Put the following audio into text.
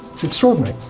it's extraordinary.